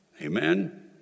Amen